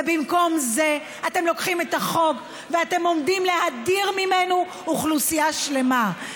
ובמקום זה אתם לוקחים את החוק ואתם עומדים להדיר ממנו אוכלוסייה שלמה.